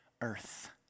Earth